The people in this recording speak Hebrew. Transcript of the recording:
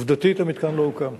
עובדתית, המתקן עוד לא הוקם,